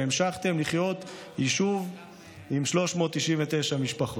והמשכתם להיות יישוב עם 399 משפחות.